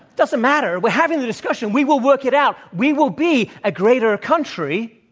doesn't matter. we're having a discussion. we will work it out. we will be a greater country,